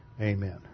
Amen